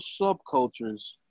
subcultures